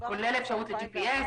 כולל אפשרות לג'י.פי.אס.